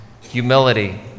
humility